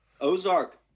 Ozark